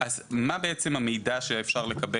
יכול להיות שאני מבין